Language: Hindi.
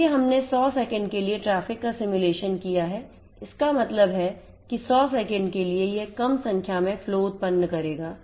इसलिए हमने 100 सेकंड के लिए ट्रैफ़िक का सिमुलेशन किया है इसका मतलब है कि 100 सेकंड के लिए यह कम संख्या में फ्लो उत्पन्न करेगा